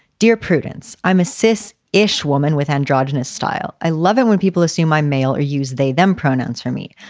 dear prudence, i'm assists ish woman with androgynous style. i love him when people assume my male or use they them pronouns for me.